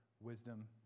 wisdom